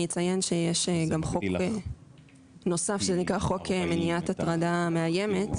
אני אציין שיש גם חוק נוסף שנקרא חוק מניעת הטרדה מאיימת,